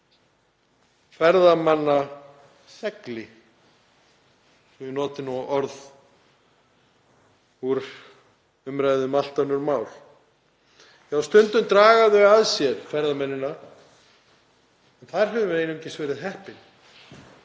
ferðamannasegli, svo ég noti nú orð úr umræðu um allt önnur mál. Já, stundum draga gosin að sér ferðamenn og þar höfum við einungis verið heppin.